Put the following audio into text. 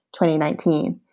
2019